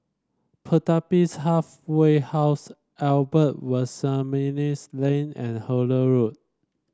Pertapis Halfway House Albert Lane and Hullet Road